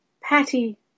Patty